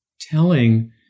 telling